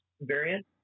Variant